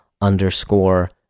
underscore